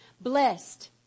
blessed